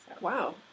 Wow